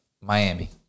Miami